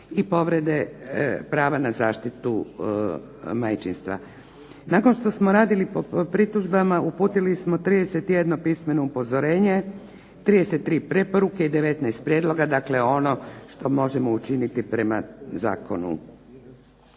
i povrede prava na zaštitu majčinstva. Nakon što smo radili po pritužbama, uputili smo 31 pismeno upozorenje, 33 preporuke i 19 prijedloga, dakle ono što možemo učiniti prema zakonu.